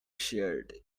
shared